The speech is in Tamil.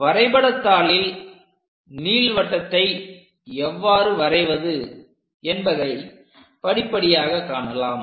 வரைபடத்தாளில் நீள்வட்டத்தை எவ்வாறு வரைவது என்பதை படிப்படியாக காணலாம்